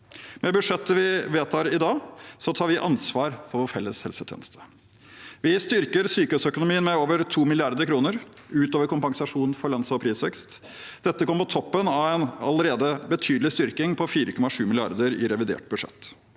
Med budsjettet vi vedtar i dag, tar vi ansvar for vår felles helsetjeneste. Vi styrker sykehusøkonomien med over 2 mrd. kr, ut over kompensasjon for lønns- og prisvekst. Dette kommer på toppen av en allerede betydelig styrking på 4,7 mrd. kr i revidert budsjett.